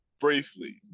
briefly